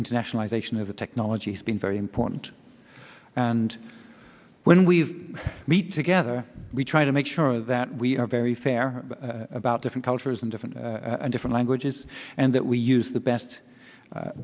internationalization of the technology has been very important and when we meet together we try to make sure that we are very fair about different cultures and different and different languages and that we use the